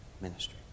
ministry